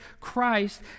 Christ